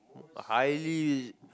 highly